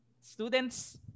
students